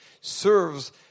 serves